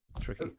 tricky